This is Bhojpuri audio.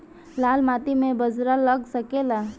लाल माटी मे बाजरा लग सकेला?